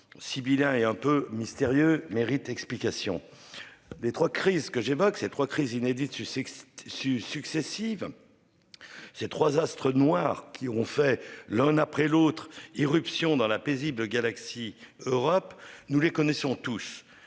sibyllins et un peu mystérieux mérite explication. Des trois crises que j'évoque ces trois crise inédite Sussex su successives. Ces 3 astre noirs qui ont fait l'un après l'autre irruption dans la paisible Galaxy Europe nous les connaissons tous